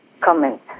comment